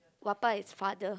Wappa is father